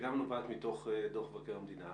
שגם נובעת מדוח מבקר המדינה.